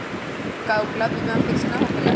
का उपलब्ध बीमा फिक्स न होकेला?